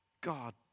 God